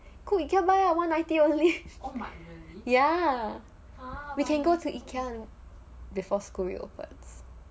go ikea buy lah like one ninety only ya we can go ikea before school reopen